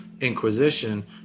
inquisition